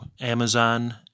Amazon